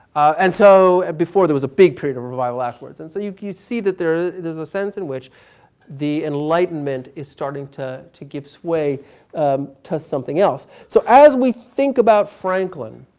and so and before there was a big period of revival afterwards. and so you you see that there's there's a sense in which the enlightenment is starting to to give sway to something else. so as we think about franklin,